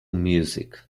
music